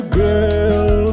girl